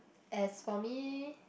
as for me